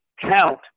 count